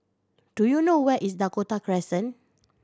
do you know where is Dakota Crescent